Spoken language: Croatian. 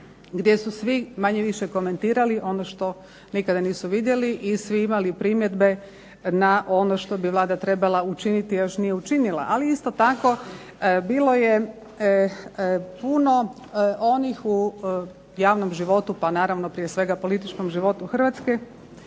gdje su svi manje-više komentirali ono što nikada nisu vidjeli i svi imali primjedbe na ono što bi Vlada trebala učiniti, a još nije učinila. Ali isto tako bilo je puno onih u javnom životu pa naravno prije svega političkom životu Hrvatske